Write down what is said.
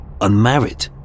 unmarried